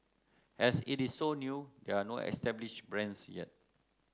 as it is so new there are no established brands yet